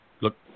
look